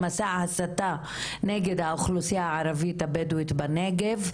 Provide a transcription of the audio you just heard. ראינו מסע הסתה נגד האוכלוסייה הערבית הבדואית בנגב,